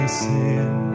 sin